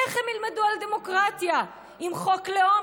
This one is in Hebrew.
איך הם ילמדו על דמוקרטיה עם חוק לאום